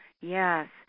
Yes